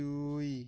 ଦୁଇ